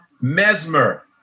Mesmer